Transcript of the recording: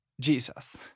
Jesus